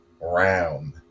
round